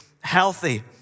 healthy